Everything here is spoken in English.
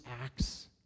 acts